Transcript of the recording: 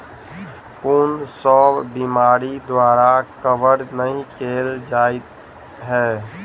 कुन सब बीमारि द्वारा कवर नहि केल जाय है?